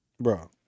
bro